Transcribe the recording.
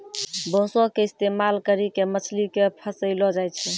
बांसो के इस्तेमाल करि के मछली के फसैलो जाय छै